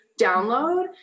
download